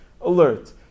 alert